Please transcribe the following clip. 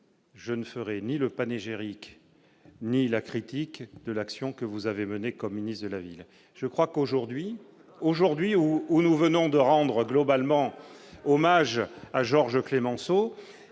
je ne ferais ni le panégyrique, ni la critique de l'action que vous avez menées communiste de la ville, je crois qu'aujourd'hui, aujourd'hui où où nous venons de rendre globalement hommage à Georges Clémenceau,